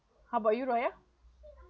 how about you raya